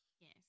Yes